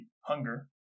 hunger